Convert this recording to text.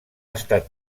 estat